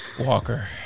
Walker